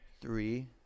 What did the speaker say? three